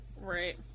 Right